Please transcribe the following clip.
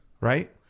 Right